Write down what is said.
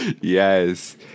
Yes